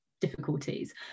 difficulties